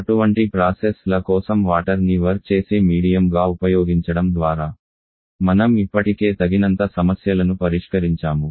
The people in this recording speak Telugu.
అటువంటి ప్రాసెస్ ల కోసం వాటర్ ని వర్క్ చేసే మీడియం గా ఉపయోగించడం ద్వారా మనం ఇప్పటికే తగినంత సమస్యలను పరిష్కరించాము